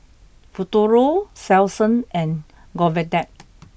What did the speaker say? Futuro Selsun and Convatec